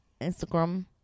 Instagram